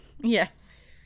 yes